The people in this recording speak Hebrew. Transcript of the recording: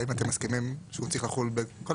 האם אתם מסכימים שהוא צריך לחול בכל